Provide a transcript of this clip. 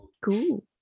Cool